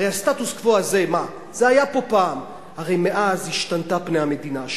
הרי הסטטוס קוו הזה היה פה פעם ומאז השתנו פני המדינה.